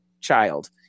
child